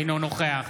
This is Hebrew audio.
אינו נוכח